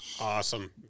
Awesome